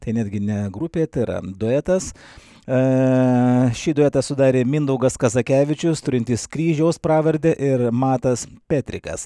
tai netgi ne grupė tėra duetas šį duetą sudarė mindaugas kazakevičius turintis kryžiaus pravardę ir matas petrikas